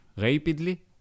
rapidly